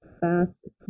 fast